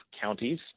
counties